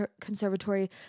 Conservatory